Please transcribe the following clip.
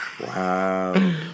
Wow